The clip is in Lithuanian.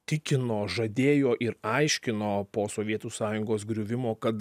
tikino žadėjo ir aiškino po sovietų sąjungos griuvimo kad